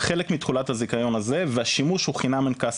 חלק מתכולת הזכיון הזה, והשימוש הוא חינם אין כסף.